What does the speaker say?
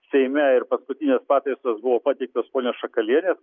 seime ir paskutinės pataisos buvo pateiktos ponios šakalienės